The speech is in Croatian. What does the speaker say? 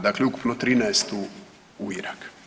Dakle ukupno 13 u Irak.